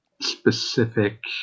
specific